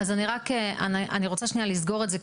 אז אני רק רוצה שנייה לסגור את זה,